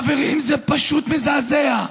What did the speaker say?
חברים, זה פשוט מזעזע.